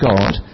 God